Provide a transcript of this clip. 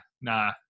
nah